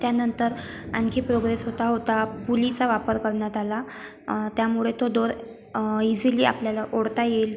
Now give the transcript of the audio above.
त्यानंतर आणखी प्रोग्रेस होता होता पुलीचा वापर करण्यात आला त्यामुळे तो दोर ईझिली आपल्याला ओढता येईल